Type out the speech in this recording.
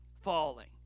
falling